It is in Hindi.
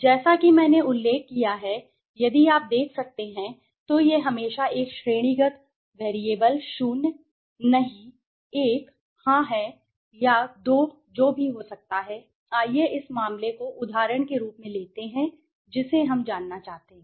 जैसा कि मैंने उल्लेख किया है यदि आप देख सकते हैं तो यह हमेशा एक श्रेणीगत चर 0 नहीं 1 हां है या 2 जो भी हो सकता है आइए इस मामले को उदाहरण के रूप में लेते हैं जिसे हम जानना चाहते हैं